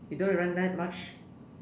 you don't even like much